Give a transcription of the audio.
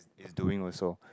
is doing also